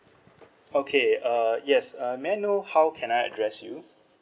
okay uh yes uh may I know how can I address you